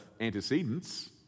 antecedents